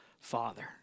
Father